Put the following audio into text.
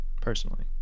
personally